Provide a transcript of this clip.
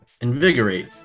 invigorate